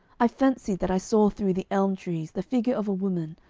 i fancied that i saw through the elm-trees the figure of a woman,